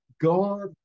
God